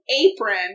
apron